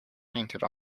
painted